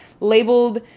labeled